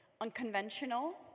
unconventional